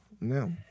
No